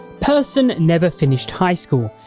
persson never finished high school,